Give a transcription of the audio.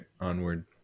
onward